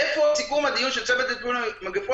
איפה סיכום הדיון של הצוות לטיפול במגפות?